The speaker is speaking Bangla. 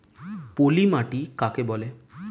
পলি মাটি কাকে বলে?